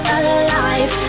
alive